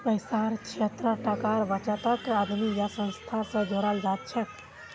पैसार क्षेत्रत टाकार बचतक आदमी या संस्था स जोड़ाल जाछेक